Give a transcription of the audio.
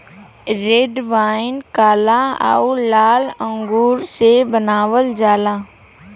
red wine काला आउर लाल अंगूर से बनावल जाला